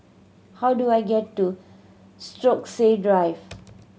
how do I get to Stokesay Drive